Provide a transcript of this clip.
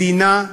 מדינה,